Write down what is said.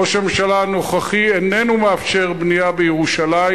ראש הממשלה הנוכחי איננו מאפשר בנייה בירושלים,